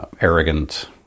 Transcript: arrogant